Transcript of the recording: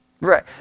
Right